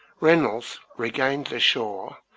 reynolds regained the shore,